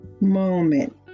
moment